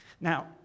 Now